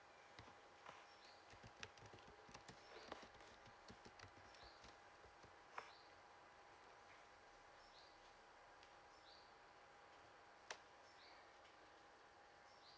mm